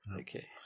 Okay